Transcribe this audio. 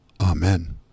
Amen